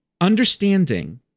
understanding